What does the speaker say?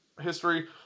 history